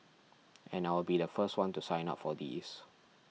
and I will be the first one to sign up for these